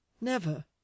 Never